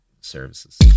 services